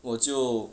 我就